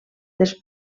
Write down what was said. dels